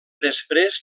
després